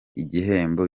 igihembo